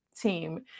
team